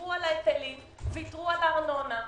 ויתרו על ההיטלים, ויתרו על הארנונה.